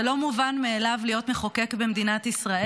זה לא מובן מאליו להיות מחוקק במדינת ישראל,